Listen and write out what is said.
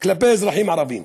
כלפי אזרחים ערבים.